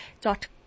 dot